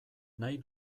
nahi